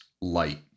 light